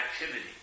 activity